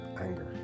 anger